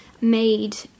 made